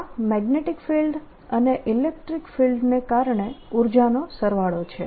આ magnetic field અને electric ફિલ્ડને કારણે ઉર્જાનો સરવાળો છે